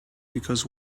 because